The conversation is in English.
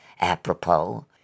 Apropos